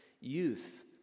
youth